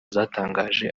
zatangaje